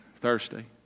Thursday